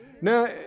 Now